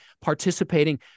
participating